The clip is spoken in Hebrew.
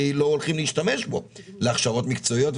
לא הולכים להשתמש בו להכשרות מקצועיות.